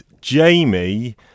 Jamie